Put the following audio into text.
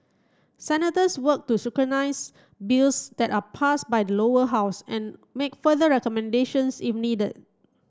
senators work to scrutinise bills that are passed by the Lower House and make further recommendations if needed